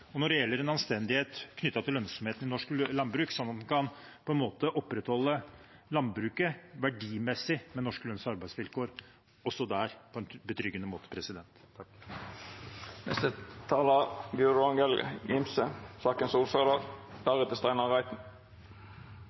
og når det gjelder en anstendighet knyttet til lønnsomheten i norsk landbruk, sånn at vi kan opprettholde landbruket verdimessig, med norske lønns- og arbeidsvilkår også der, på en betryggende måte.